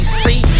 see